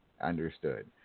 Understood